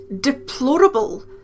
deplorable